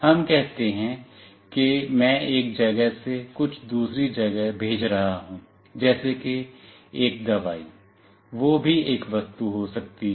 हम कहते हैं कि मैं एक जगह से कुछ दूसरी जगह भेज रहा हूं जैसे कि एक दवाई वो भी एक वस्तु हो सकती है